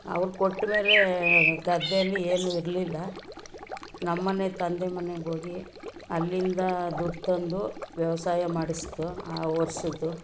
ಅವ್ರು ಕೊಟ್ಟಮೇಲೆ ಗದ್ದೇಲೂ ಏನೂ ಇರಲಿಲ್ಲ ನಮ್ಮ ಮನೆ ತಂದೆ ಮನೆಗೆ ಹೋಗಿ ಅಲ್ಲಿಂದ ದುಡ್ಡು ತಂದು ವ್ಯವಸಾಯ ಮಾಡಿಸ್ದು ಆ ವರ್ಷದ್ದು